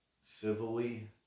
civilly